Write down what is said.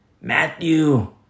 Matthew